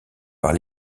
par